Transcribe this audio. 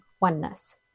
oneness